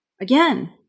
Again